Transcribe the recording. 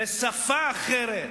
בשפה אחרת,